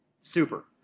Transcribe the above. super